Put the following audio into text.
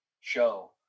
show